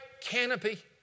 canopy